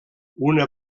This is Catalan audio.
una